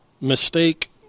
mistake